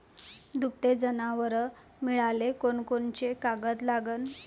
दुभते जनावरं मिळाले कोनकोनचे कागद लागन?